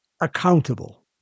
Accountable